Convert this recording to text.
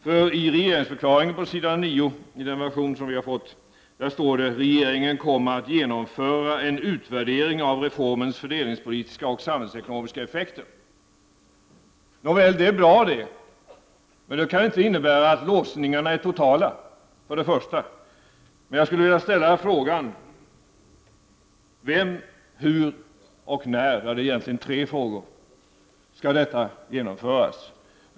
På s.9 i den version av regeringsförklaringen som vi har fått står nämligen att regeringen kommer att genomföra en utvärdering av reformens fördelningspolitiska och samhällsekonomiska effekter. Det är bra, men det kan inte innebära att låsningarna är totala. Låt mig fråga: Av vem, hur och när skall utvärderingen genomföras?